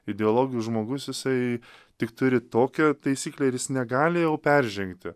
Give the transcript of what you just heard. ideologijų žmogus jisai tik turi tokią taisyklę ir jis negali jau peržengti